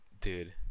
dude